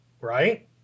right